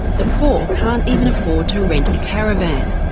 the poor can't even afford to rent a caravan.